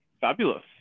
fabulous